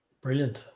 Brilliant